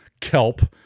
kelp